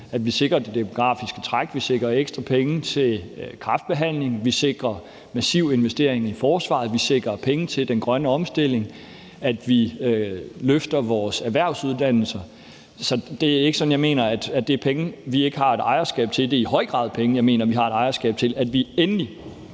at vi sikrer det demografiske træk, at vi sikrer ekstra penge til kræftbehandling, at vi sikrer en massiv investering i forsvaret, at vi sikrer penge til den grønne omstilling, og at vi løfter vores erhvervsuddannelser. Så det er ikke sådan, at jeg mener, at det er penge, vi ikke har et ejerskab til. Det er i høj grad penge, jeg mener vi har et ejerskab til, nemlig